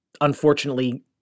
unfortunately